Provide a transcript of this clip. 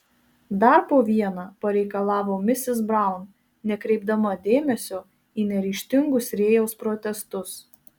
dar po vieną pareikalavo misis braun nekreipdama dėmesio į neryžtingus rėjaus protestus